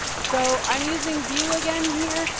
so i'm using vue again here.